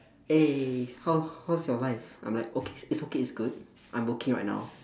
eh how how's your life I'm like okay it's okay it's good I'm working right now